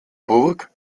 burg